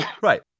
Right